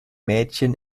mädchen